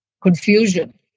confusion